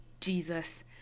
jesus